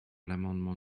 l’amendement